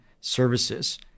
services